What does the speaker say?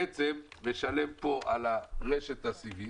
בעצם משלם פה על רשת הסיבים,